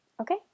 okay